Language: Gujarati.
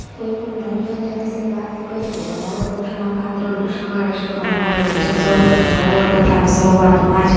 કોઈપણ નવલકથા વિસે વાત કરીએ તો નવલકથામાં પાત્રોનો શમાવેશ કરવામાં આવે છે જો સૌપ્રથમ નોવલકથાને શરૂઆતમાં જ